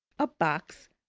a box,